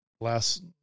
last